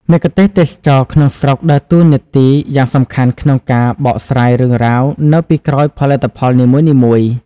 មគ្គទេសក៍ទេសចរណ៍ក្នុងស្រុកដើរតួនាទីយ៉ាងសំខាន់ក្នុងការបកស្រាយ រឿងរ៉ាវ នៅពីក្រោយផលិតផលនីមួយៗ។